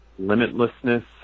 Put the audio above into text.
limitlessness